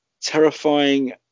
Terrifying